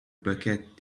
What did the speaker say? bucket